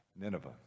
Nineveh